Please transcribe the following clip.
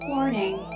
Warning